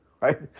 right